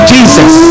Jesus